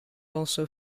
also